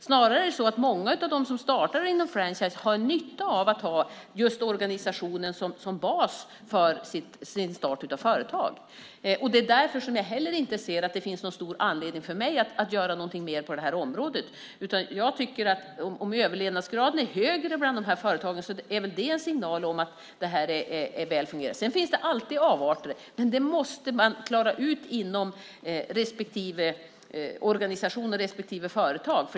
Snarare har många som startar franchiseföretag nytta av organisationen som bas. Det är därför jag inte heller ser att det finns stor anledning för mig att göra något mer på området. Om överlevnadsgraden är högre bland dessa företag är väl det en signal om att det fungerar väl. Sedan finns alltid avarter, men det måste man klara ut inom respektive organisation och företag.